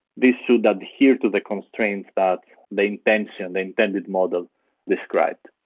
this should adhere to the constraints that the intention, the intended model described.